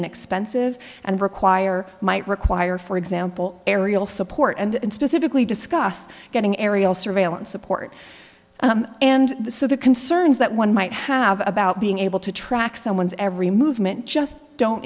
and expensive and require might require for example aerial support and specifically discussed getting aerial surveillance support and so the concerns that one might have about being able to track someone's every movement just don't